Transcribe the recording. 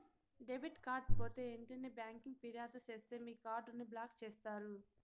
debit card పోతే ఎంటనే బ్యాంకికి ఫిర్యాదు సేస్తే మీ కార్డుని బ్లాక్ చేస్తారు